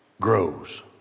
grows